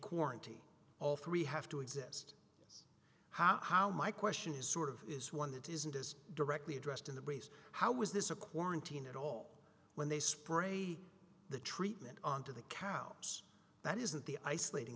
quarantine all three have to exist how my question is sort of is one that isn't is directly addressed in the brace how was this a quarantine at all when they spray the treatment onto the cow that isn't the isolating